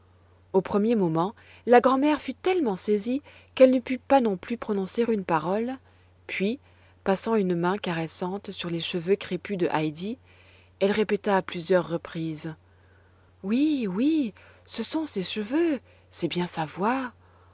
au premier moment la grand'mère fut tellement saisie qu'elle ne put pas non plus prononcer une parole puis passant une main caressante sur les cheveux crépus de heidi elle répéta à plusieurs reprises oui oui ce sont ses cheveux c'est bien